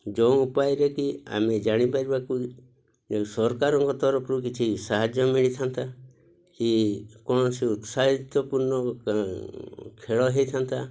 ଯୋଉ ଉପାୟରେ କି ଆମେ ଜାଣିପାରିବାକୁ ସରକାରଙ୍କ ତରଫରୁ କିଛି ସାହାଯ୍ୟ ମିଳିଥାନ୍ତା କି କୌଣସି ଉତ୍ସାହିତ ପୂର୍ଣ୍ଣ ଖେଳ ହେଇଥାନ୍ତା